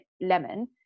Lemon